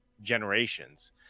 generations